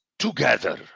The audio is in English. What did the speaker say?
Together